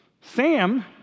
Sam